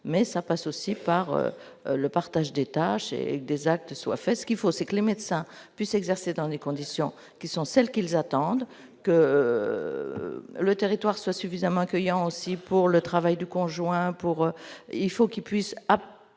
mais ça passe aussi par le partage des tâches et des actes soit fait ce qu'il faut, c'est que les médecins puissent exercer dans des conditions qui sont celles qu'ils attendent que le territoire soit suffisamment accueillant aussi pour le travail du conjoint pour il faut qu'ils puissent